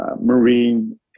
marine